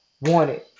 wanted